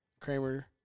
Kramer